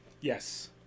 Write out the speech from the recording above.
Yes